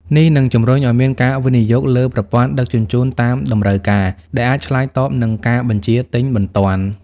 នេះនឹងជំរុញឱ្យមានការវិនិយោគលើប្រព័ន្ធដឹកជញ្ជូនតាមតម្រូវការ ដែលអាចឆ្លើយតបនឹងការបញ្ជាទិញបន្ទាន់។